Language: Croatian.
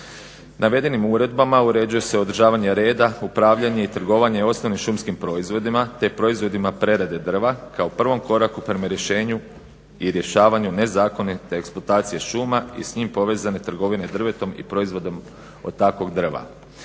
Navedenim uredbama uređuje se održavanje reda upravljanje i trgovanje osnovnim šumskim proizvodima, te proizvodima prerade drva kao prvom koraku prema rješenju i rješavanju nezakonite eksploatacije šuma i s njim povezane trgovine drvetom i proizvodom od takvog drva.